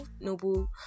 Noble